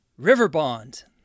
riverbond